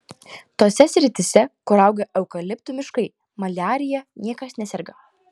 tose srityse kur auga eukaliptų miškai maliarija niekas neserga